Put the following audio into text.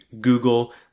Google